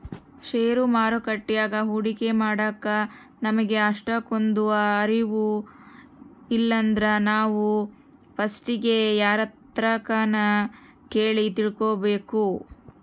ಷೇರು ಮಾರುಕಟ್ಯಾಗ ಹೂಡಿಕೆ ಮಾಡಾಕ ನಮಿಗೆ ಅಷ್ಟಕೊಂದು ಅರುವು ಇಲ್ಲಿದ್ರ ನಾವು ಪಸ್ಟಿಗೆ ಯಾರ್ತಕನ ಕೇಳಿ ತಿಳ್ಕಬಕು